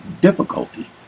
difficulty